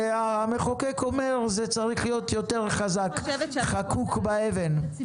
והמחוקק אומר, זה צרוך להיות יותר חזק, חקוק באבן.